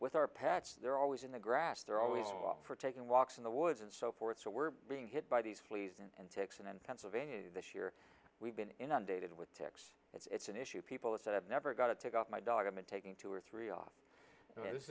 with our patch they're always in the grass they're always for taking walks in the woods and so forth so we're being hit by these fleas and ticks and in pennsylvania this year we've been inundated with ticks it's an issue people that i've never got to take off my dog i mean taking two or three off